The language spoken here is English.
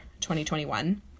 2021